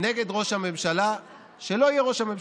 נגד ראש הממשלה שלא יהיה ראש הממשלה.